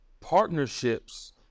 partnerships